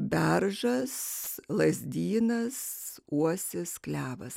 beržas lazdynas uosis klevas